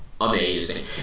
Amazing